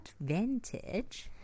advantage